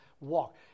walk